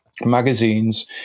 magazines